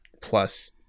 plus